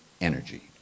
energy